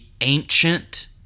ancient